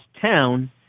town